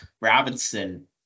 Robinson